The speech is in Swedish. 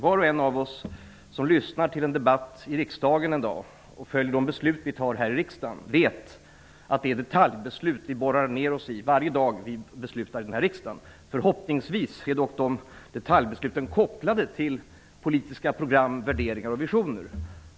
Var och en av oss som i dag lyssnar till debatten i riksdagen och följer de beslut som riksdagen fattar vet att det är detaljbeslut som vi borrar ner oss i varje gång riksdagen fattar beslut. Förhoppningsvis är de detaljbesluten kopplade till politiska program, värderingar och visioner.